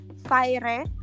fire